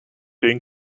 gain